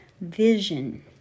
Vision